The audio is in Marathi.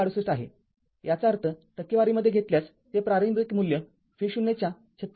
३६८ आहे याचा अर्थटक्केवारीमध्ये घेतल्यास ते प्रारंभिक मूल्य v0 च्या ३६